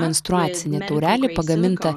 menstruacinė taurelė pagaminta